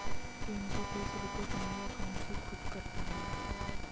तीन सौ तीस रूपए तुम्हारे अकाउंट से खुद कट जाएंगे